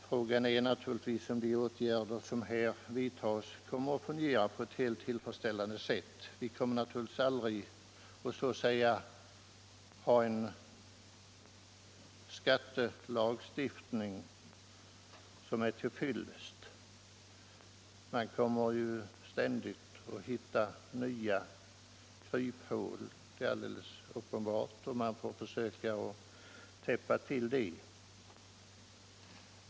Frågan är om de åtgärder som nu vidtas kommer att fungera helt tillfredsställande. Vi kommer aldrig att få en skattelagstiftning där det inte går att finna kryphål. Så långt det är möjligt skall vi naturligtvis försöka täppa till dessa.